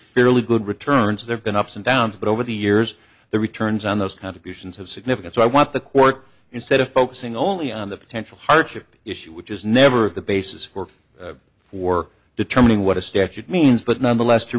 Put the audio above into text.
fairly good returns they've been ups and downs but over the years the returns on those contributions have significance so i want the court instead of focusing only on the potential hardship issue which is never the basis for for determining what a statute means but nonetheless to